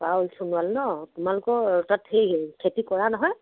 পাৰুল চোণোৱাল ন তোমালোকৰ তাত এই খেতি কৰা নহয়